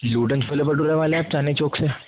Loudon chole بٹورے والے آپ چاندنی چوک سے